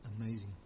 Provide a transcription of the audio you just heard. amazing